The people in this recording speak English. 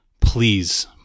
please